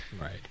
right